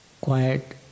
quiet